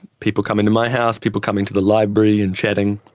people coming to my house, people coming to the library and chatting.